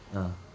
(uh huh)